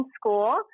School